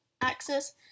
axis